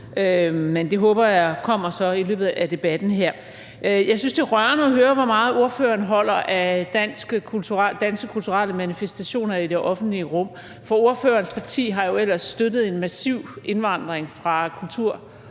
Men det håber jeg så kommer i løbet af debatten her. Jeg synes, det er rørende at høre, hvor meget ordføreren holder af danske kulturelle manifestationer i det offentlige rum. For ordførerens parti har jo ellers støttet en massiv indvandring fra lande,